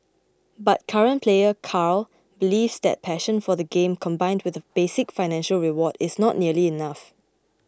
but current player Carl believes that passion for the game combined with a basic financial reward is not nearly enough